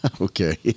Okay